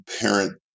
parent